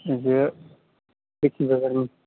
ओजो देखिजा बारि